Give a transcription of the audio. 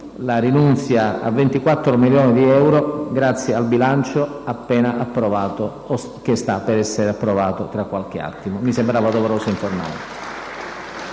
la rinunzia a 24 milioni di euro, grazie al bilancio che sta per essere approvato tra qualche attimo. Mi sembrava doveroso informare